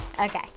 Okay